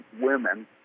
women